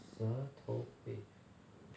舌头被